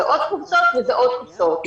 זה עוד קופסאות וזה עוד קופסאות.